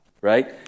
right